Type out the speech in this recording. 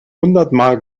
hundertmal